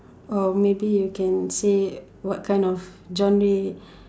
oh maybe you can say what kind of genre